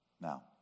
now